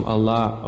Allah